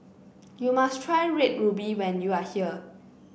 you must try Red Ruby when you are here